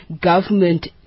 government